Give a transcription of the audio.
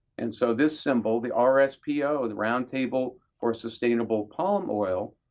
and so this symbol, the ah rspo, the roundtable for sustainable palm oil,